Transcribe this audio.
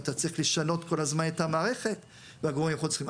אתה צריך לשנות כל הזמן את המערכת וגורמי החוץ אומרים,